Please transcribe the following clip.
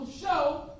Show